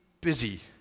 busy